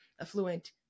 affluent